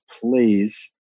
please